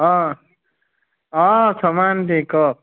অঁ অঁ শৰ্মা আন্টি কওক